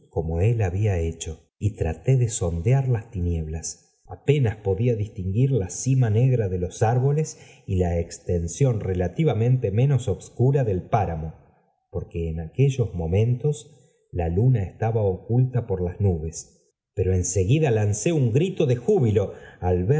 como él había hecho y traté de sondear las tinieblas apenas podía distinguir la cima negra de loe árboles y la extensión relativamente menos obscura del páramo porque en aquellos momentos la luna estaba oculta por las nubes pero en seguida lancé un grito de júbilo al